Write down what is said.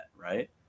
Right